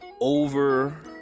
over